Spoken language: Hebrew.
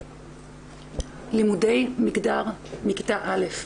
יושבת-הראש, לימודי מגדר מכיתה א'.